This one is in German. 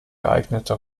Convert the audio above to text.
geeignete